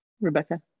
Rebecca